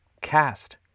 cast